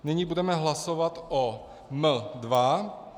Nyní budeme hlasovat o M2.